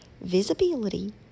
visibility